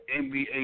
NBA